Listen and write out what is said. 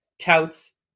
touts